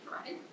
right